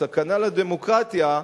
סכנה לדמוקרטיה,